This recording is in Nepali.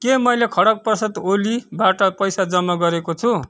के मैले खढग् प्रसाद ओलीबाट पैसा जम्मा गरेको छु